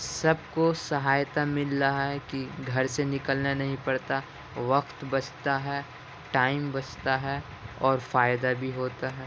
سب کو سہایتا مل رہا ہے کہ گھر سے نکلنے نہیں پڑتا وقت بچتا ہے ٹائم بچتا ہے اور فائدہ بھی ہوتا ہے